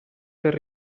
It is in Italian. per